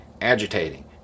agitating